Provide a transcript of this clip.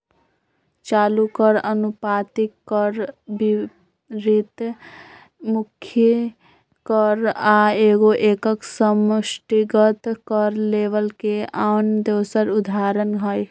चालू कर, अनुपातिक कर, विपरितमुखी कर आ एगो एकक समष्टिगत कर लेबल के आन दोसर उदाहरण हइ